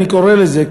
אני קורא לזה,